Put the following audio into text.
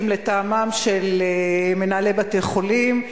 כי אם לטעמם של מנהלי בתי-החולים,